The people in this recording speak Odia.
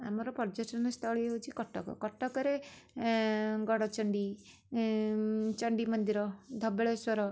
ଆମର ପର୍ଯ୍ୟଟନୀ ସ୍ଥଳୀ ହେଉଛି କଟକ କଟକରେ ଗଡ଼ଚଣ୍ଡୀ ଚଣ୍ଡୀ ମନ୍ଦିର ଧବଳେଶ୍ୱର